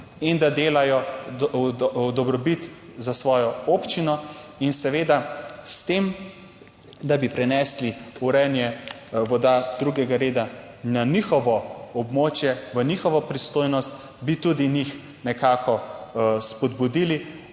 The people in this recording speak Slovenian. in da delajo v dobrobit za svojo občino. In seveda s tem, da bi prenesli urejanje voda drugega reda na njihovo območje, v njihovo pristojnost, bi tudi njih nekako spodbudili,